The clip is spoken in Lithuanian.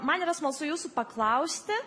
man yra smalsu jūsų paklausti